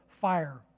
fire